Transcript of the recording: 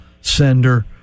sender